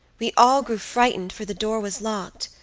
we all grew frightened, for the door was locked.